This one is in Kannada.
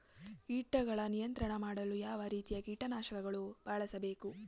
ಕೀಟಗಳ ನಿಯಂತ್ರಣ ಮಾಡಲು ಯಾವ ರೀತಿಯ ಕೀಟನಾಶಕಗಳನ್ನು ಬಳಸಬೇಕು?